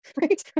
right